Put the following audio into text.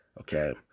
Okay